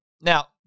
Now